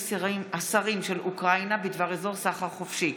השרים של אוקראינה בדבר אזור סחר חופשי,